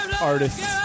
artists